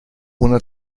una